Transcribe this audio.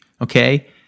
okay